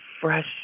fresh